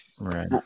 right